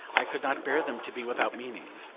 i could not bear them to be without meaning.